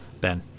Ben